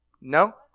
No